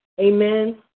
Amen